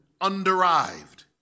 underived